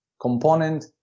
component